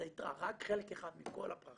את היתרה, רק חלק אחד מכל הפרחים